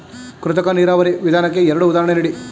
ಕೃತಕ ನೀರಾವರಿ ವಿಧಾನಕ್ಕೆ ಎರಡು ಉದಾಹರಣೆ ನೀಡಿ?